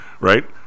right